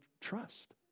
trust